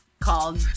Called